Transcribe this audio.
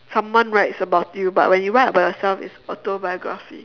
someone writes about you but when you write about yourself it's autobiography